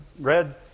red